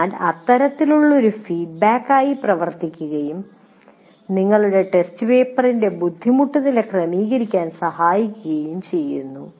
അതിനാൽ ഇത്തരത്തിലുള്ളത് ഒരു ഫീഡ്ബാക്കായി പ്രവർത്തിക്കുകയും നിങ്ങളുടെ ടെസ്റ്റ് പേപ്പറിന്റെ ബുദ്ധിമുട്ട് നില ക്രമീകരിക്കാൻ സഹായിക്കുകയും ചെയ്യുന്നു